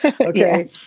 okay